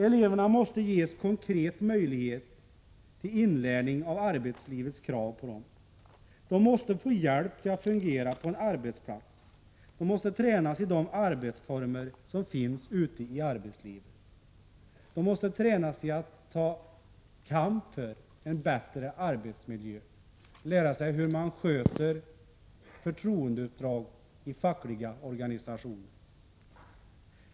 Eleverna måste ges konkreta möjligheter till inlärning av arbetslivets krav på dem. De måste få hjälp att fungera på en arbetsplats. De måste tränas i de arbetsformer som finns ute i arbetslivet. De måste tränas i att ta kamp för en bättre arbetsmiljö, lära sig hur man sköter förtroendeuppdrag i fackliga organisationer.